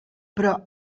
però